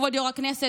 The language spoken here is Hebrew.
כבוד יו"ר הכנסת,